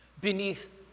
beneath